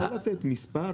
אתה יכול לתת מספר,